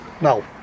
No